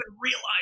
realize